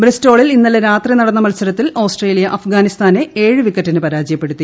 ബ്രിസ്റ്റോളിൽ ഇന്നലെ രാത്രി നടന്ന മത്സരത്തിൽ ഓസ് ട്രേലിയ അഫ്ഗാനിസ്ഥാനെ ഏഴ് വിക്കറ്റിന് പരാജയപ്പെടുത്തി